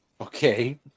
Okay